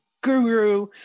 guru